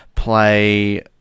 play